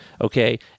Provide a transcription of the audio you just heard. Okay